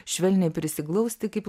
švelniai prisiglausti kaip